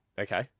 Okay